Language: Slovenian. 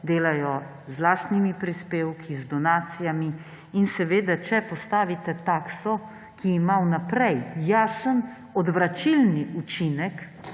delajo z lastnimi prispevki, z donacijami. In seveda, če postavite takso, ki ima vnaprej jasen odvračilni učinek,